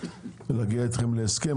להגיע איתכם להסכם,